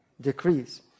decrease